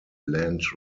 land